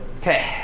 Okay